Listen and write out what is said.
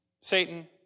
Satan